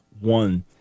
one